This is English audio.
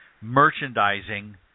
merchandising